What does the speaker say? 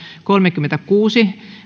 kolmekymmentäkuusi